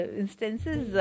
instances